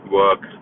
work